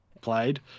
played